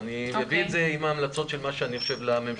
מה המתווה שלכם?